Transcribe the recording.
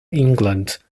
england